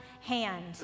hand